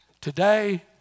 Today